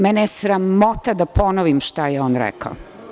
Mene je sramota da ponovim šta je on rekao.